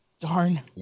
darn